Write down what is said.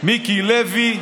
מיקי לוי,